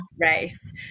race